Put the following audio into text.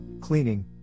cleaning